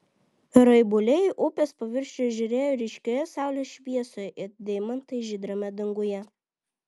raibuliai upės paviršiuje žėrėjo ryškioje saulės šviesoje it deimantai žydrame danguje